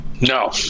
no